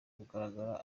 kugaragara